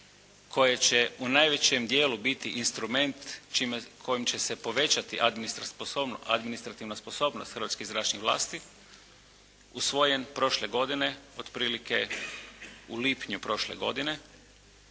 koje će u najvećem dijelu biti instrument kojim će se povećati administrativna sposobnost hrvatskih zračnih vlasti usvojen prošle godine otprilike u lipnju prošle godine.